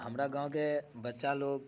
हमरा गामके बच्चा लोक